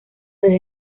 desde